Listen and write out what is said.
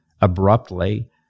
abruptly